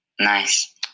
Nice